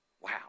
Wow